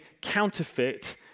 counterfeit